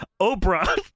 Oprah